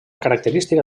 característica